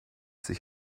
sich